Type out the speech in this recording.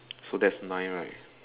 so that's nine right